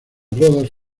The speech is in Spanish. rodas